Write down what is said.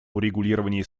урегулировании